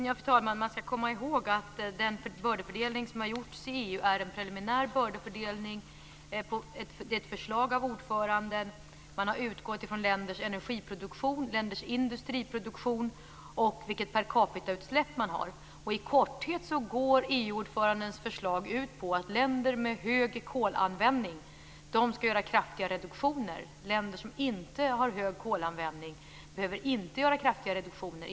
Fru talman! Man skall komma ihåg att den bördefördelning som har gjorts i EU är preliminär. Det är ett förslag av ordföranden. Man har utgått från länders energiproduktion, industriproduktion och vilket percapita-utsläpp man har. I korthet går EU-ordförandens förslag ut på att länder med hög kolanvändning skall göra kraftiga reduktioner. Länder som inte har hög kolanvändning behöver inte göra kraftiga reduktioner.